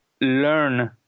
learn